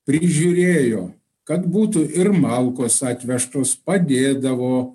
prižiūrėjo kad būtų ir malkos atvežtos padėdavo